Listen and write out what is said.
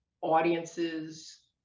audiences